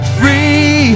free